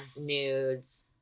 nudes